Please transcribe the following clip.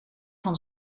van